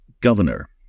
governor